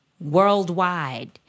worldwide